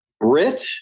Brit